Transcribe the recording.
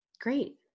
Great